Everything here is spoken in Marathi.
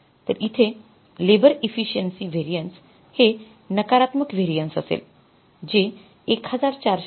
तर इथे लेबर इफिसिएन्सी व्हेरिएन्स हे नकारात्मक व्हेरिएन्स असेल जे १४६२